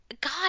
God